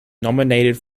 nominated